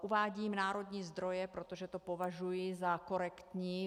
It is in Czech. Uvádím národní zdroje, protože to považuji za korektní.